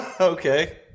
Okay